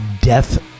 Death